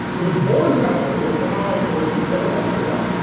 if it's born that way, it'll die or it'll be paralyzed for life.